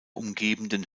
umgebenden